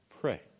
pray